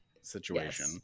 situation